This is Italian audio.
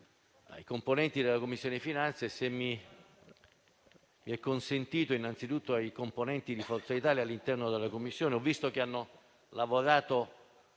ai componenti della Commissione finanze e, se mi è consentito, innanzitutto ai componenti di Forza Italia all'interno della Commissione. Ho visto che hanno lavorato